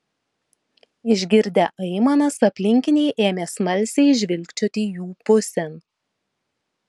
išgirdę aimanas aplinkiniai ėmė smalsiai žvilgčioti jų pusėn